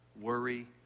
worry